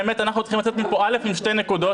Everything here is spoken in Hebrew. באמת אנחנו צריכים לצאת מפה עם שתי נקודות,